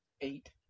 eight